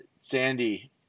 Sandy